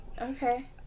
Okay